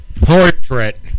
portrait